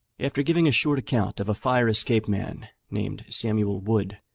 after giving a short account of a fire-escape man, named samuel wood,